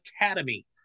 Academy